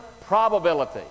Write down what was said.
probability